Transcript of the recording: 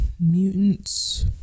Mutants